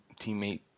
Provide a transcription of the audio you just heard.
teammate